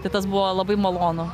tai tas buvo labai malonu